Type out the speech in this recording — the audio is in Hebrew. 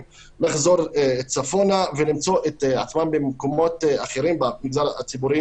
לחזור צפונה ולמצוא את עצמם במקומות אחרים במגזר הציבורי